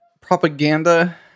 propaganda